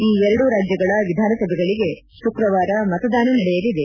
ಈ ಎರಡೂ ರಾಜ್ಲಗಳ ವಿಧಾನಸಭೆಗಳಿಗೆ ಶುಕ್ರವಾರ ಮತದಾನ ನಡೆಯಲಿದೆ